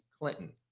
Clinton